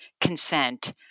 consent